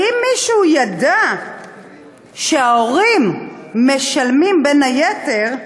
האם מישהו ידע שההורים משלמים, בין היתר,